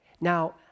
Now